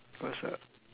it was a